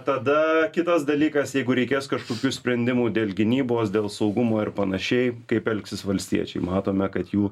tada kitas dalykas jeigu reikės kažkokių sprendimų dėl gynybos dėl saugumo ir panašiai kaip elgsis valstiečiai matome kad jų